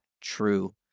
true